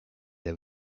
that